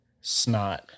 snot